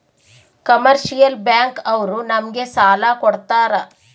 commercial bank ಅವ್ರು ನಮ್ಗೆ ಸಾಲ ಕೊಡ್ತಾರ